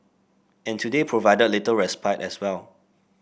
and today provided little respite as well